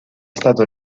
stato